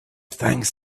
thanks